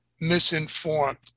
misinformed